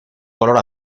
color